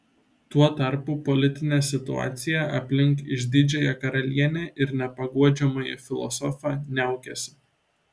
tuo tarpu politinė situacija aplink išdidžiąją karalienę ir nepaguodžiamąjį filosofą niaukėsi